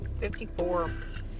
54